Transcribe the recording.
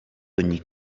ogni